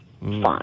fine